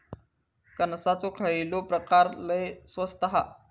कणसाचो खयलो प्रकार लय स्वस्त हा?